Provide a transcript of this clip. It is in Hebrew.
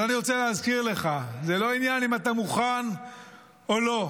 אני רוצה להזכיר לך: זה לא העניין אם אתה מוכן או לא.